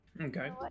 Okay